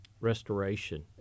restoration